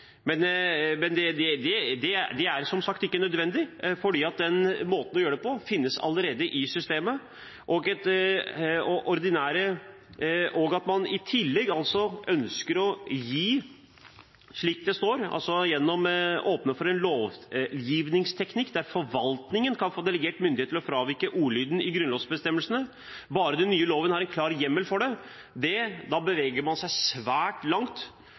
Men det er som sagt ikke nødvendig, for den måten å gjøre det på finnes allerede i systemet. At man i tillegg ønsker, slik det står, å åpne for en lovgivningsteknikk der forvaltningen kan få delegert myndighet til å fravike ordlyden i grunnlovsbestemmelsene bare den nye loven har en klar hjemmel for det, beveger man seg svært langt